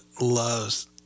loves